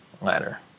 ladder